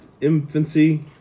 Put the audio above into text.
infancy